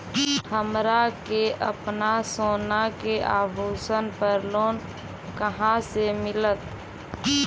हमरा के अपना सोना के आभूषण पर लोन कहाँ से मिलत?